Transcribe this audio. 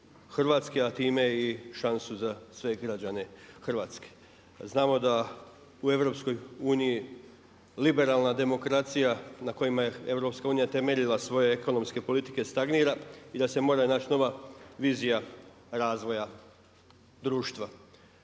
Hrvatske, a time i šansu za sve građane Hrvatske. Znamo da u EU liberalna demokracija na kojima je EU temeljila svoje ekonomske politike stagnira i da se mora naći nova vizija razvoja društva.